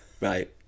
Right